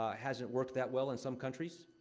ah hasn't worked that well in some countries.